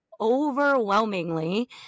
overwhelmingly